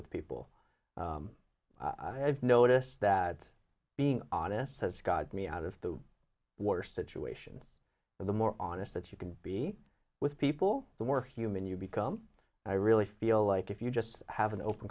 with people i've noticed that being honest so scarred me out of the worst situations but the more honest that you can be with people the more human you become i really feel like if you just have an open